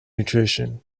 nutrition